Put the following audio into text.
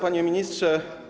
Panie Ministrze!